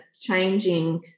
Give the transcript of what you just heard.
changing